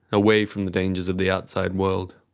away from the dangers of the outside world.